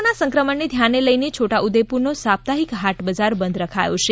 corona સંક્રમણને ધ્યાને લઇ છોટા ઉદેપુરનો સાપ્તાહિક હાટ બજાર બંધ રખાયો છે